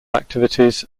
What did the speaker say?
activities